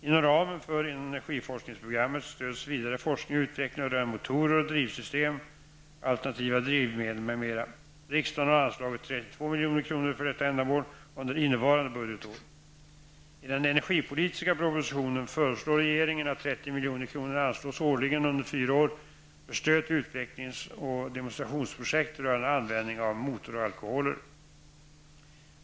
Inom ramen för energiforskningsprogrammet stöds vidare forskning och utveckling rörande motorer och drivsystem, alternativa drivmedel m.m. Riksdagen har anslagit 32 milj.kr. för detta ändamål under innevarande budgetår. föreslår regeringen att 30 milj.kr. anslås årligen under fyra år för stöd till utvecklings och demonstrationsprojekt rörande användning av motoralkoholer.